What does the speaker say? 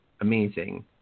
Amazing